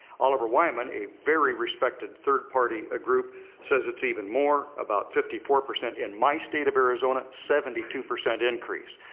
oliver wyman, a very respected third-party ah group says it's even more about fifty four percent in my state of arizona, seventy two percent increase.